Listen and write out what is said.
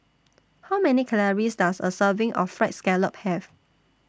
How Many Calories Does A Serving of Fried Scallop Have